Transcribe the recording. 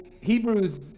Hebrews